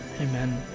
amen